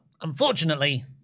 unfortunately